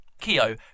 Keo